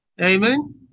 Amen